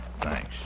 Thanks